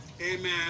amen